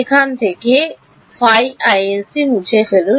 সুতরাং মুছে ফেলুন